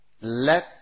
Let